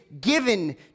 given